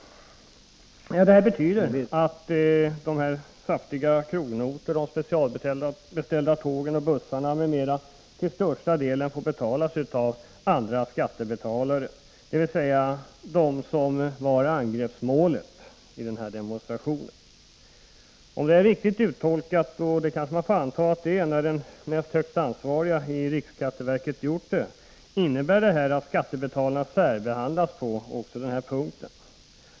Det betyder att de saftiga krognotorna, de specialbeställda tågen och bussarna, till största delen betalas av andra skattebetalare, dvs. av dem som var angreppsmålet. Om detta är riktigt uttolkat — och det får man väl anta när den näst högst ansvarige i riksskatteverket har gjort uttalandet — innebär detta att löntagarna särbehandlas även på denna punkt.